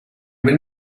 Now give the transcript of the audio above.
were